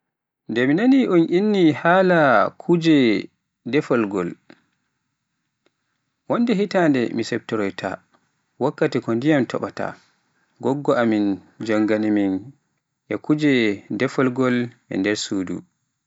Nde mi naani un inni haala kuje deffugol, wonde hitande mi siftoroyta, wakkati ko ndiyam e toɓa. Goggo amin jongaani min e kuje deffugol e nder suudu.